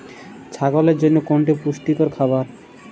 ছাগলের জন্য কোনটি পুষ্টিকর খাবার?